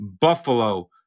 Buffalo